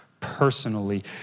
personally